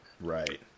Right